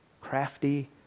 crafty